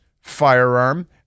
firearm